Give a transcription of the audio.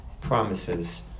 promises